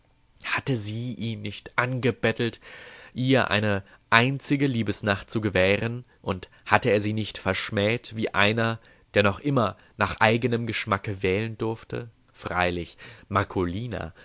hatte sie ihn nicht angebettelt ihr eine einzige liebesnacht zu gewähren und hatte er sie nicht verschmäht wie einer der noch immer nach eigenem geschmacke wählen durfte freilich